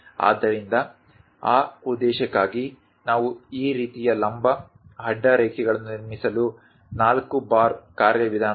ಆದ್ದರಿಂದ ಆ ಉದ್ದೇಶಕ್ಕಾಗಿ ನಾವು ಈ ರೀತಿಯ ಲಂಬ ಅಡ್ಡ ರೇಖೆಗಳನ್ನು ನಿರ್ಮಿಸಲು ನಾಲ್ಕು ಬಾರ್ ಕಾರ್ಯವಿಧಾನವನ್ನು ಬಳಸುತ್ತಿದ್ದೇವೆ